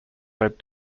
led